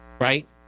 Right